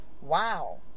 wow